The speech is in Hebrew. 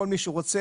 לכל מי שרוצה,